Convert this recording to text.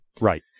Right